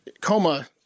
Coma